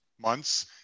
months